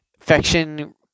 infection